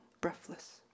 breathless